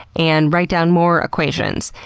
and write down more equations.